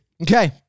Okay